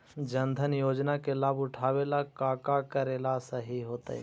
जन धन योजना के लाभ उठावे ला का का करेला सही होतइ?